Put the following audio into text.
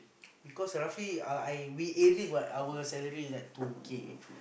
because roughly uh I we aiming our salary like two K